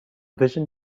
vision